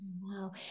wow